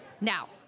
Now